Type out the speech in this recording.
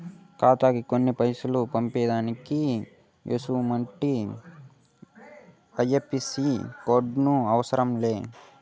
ఖాతాకి కొన్ని పైసలు పంపేదానికి ఎసుమంటి ఐ.ఎఫ్.ఎస్.సి కోడులు అవసరం లే